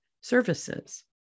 services